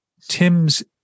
Tim's